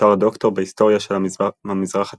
ותואר דוקטור בהיסטוריה של המזרח התיכון,